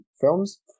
films